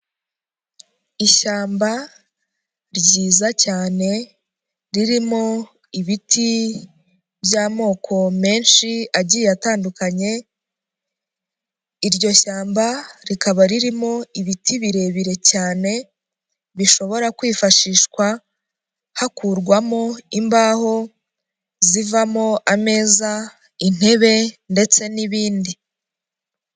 Ishyamba ryiza cyane ririmo ibiti by'amoko menshi agiye atandukanye, iryo shyamba rikaba ririmo ibiti birebire cyane bishobora kwifashishwa hakurwamo imbaho zivamo ameza, intebe, ndetse n'ibindi.